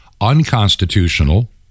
unconstitutional